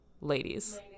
Ladies